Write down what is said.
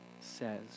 says